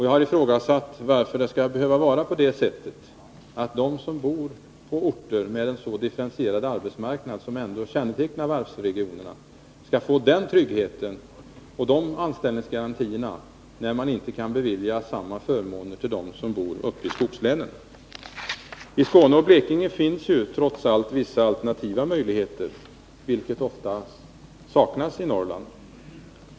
Jag har ifrågasatt att det skall behöva vara så att de som bor på varvsorterna — som har en så differentierad arbetsmarknad — skall få den tryggheten och de anställningsgarantierna när samma förmåner inte kan beviljas dem som bor uppe i skogslänen. I Skåne och Blekinge finns trots allt vissa alternativa möjligheter, vilka ofta saknas i Norrland.